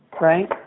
right